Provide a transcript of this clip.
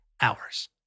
hours